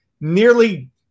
nearly